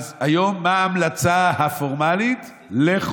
מה ההמלצה הפורמלית היום?